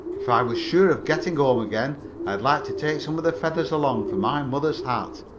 if i was sure of getting home again i'd like to take some of the feathers along, for my mother's hat.